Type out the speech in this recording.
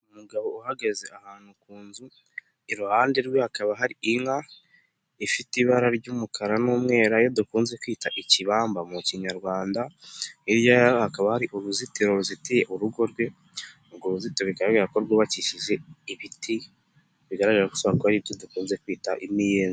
Umugabo uhagaze ahantu ku nzu, iruhande rwe hakaba hari inka, ifite ibara ry'umukara n'umweru ariyo dukunze kwita ikibamba mu kinyarwanda, hirya yaho hakaba hari uruzitiro ruzitiye urugo rwe, urwo ruzitiro bikba bigaragara ko rwubakishije ibiti, bigaragara ko ari ibyo dukunze kwita imiyenzi.